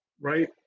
right